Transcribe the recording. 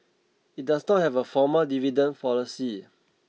it does not have a formal dividend policy